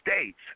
States